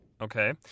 Okay